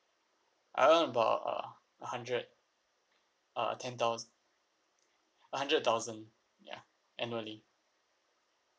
I earn about uh a hundred uh ten thous~ a hundred thousand ya annually